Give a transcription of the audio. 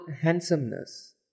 handsomeness